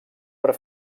per